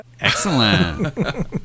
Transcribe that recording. Excellent